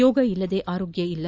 ಯೋಗ ಇಲ್ಲದೇ ಆರೋಗ್ಯ ಇಲ್ಲ